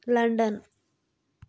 London